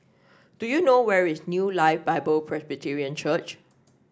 do you know where is New Life Bible Presbyterian Church